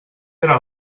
era